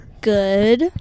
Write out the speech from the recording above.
Good